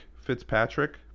Fitzpatrick